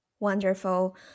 Wonderful